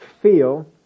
feel